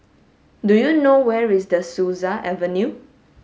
do you know where is De Souza Avenue